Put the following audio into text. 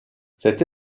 cette